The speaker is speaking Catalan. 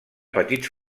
petits